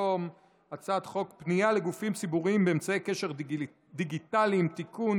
הצעת חוק פנייה לגופים ציבוריים באמצעי קשר דיגיטליים (תיקון,